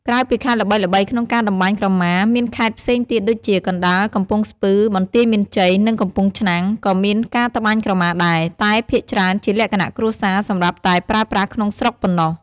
ក្រៅពីខេត្តល្បីៗក្នុងការត្បាញក្រមា មានខេត្តផ្សេងទៀតដូចជា កណ្តាល កំពង់ស្ពឺ បន្ទាយមានជ័យ និងកំពង់ឆ្នាំង ក៏មានការត្បាញក្រមាដែរ តែភាគច្រើនជាលក្ខណៈគ្រួសារ សម្រាប់តែប្រើប្រាស់ក្នុងស្រុកប៉ុណ្ណោះ។